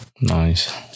Nice